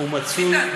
אני לא יכול.